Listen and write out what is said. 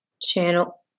channel